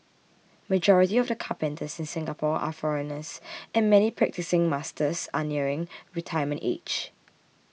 majority of the carpenters in Singapore are foreigners and many practising masters are nearing retirement age